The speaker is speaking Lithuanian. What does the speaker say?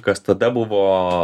kas tada buvo